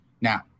Now